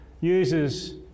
uses